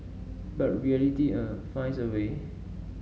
but reality uh finds a way